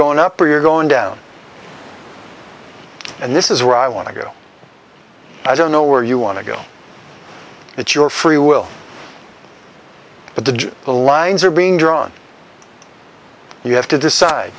going up or you're going down and this is where i want to go i don't know where you want to go it's your free will but the the lines are being drawn you have to decide